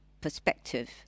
perspective